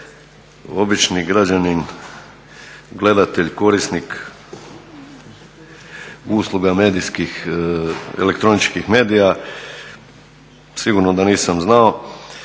obični građanin, gledatelj, korisnik usluga medijskih, elektroničkih medija sigurno da nisam znao.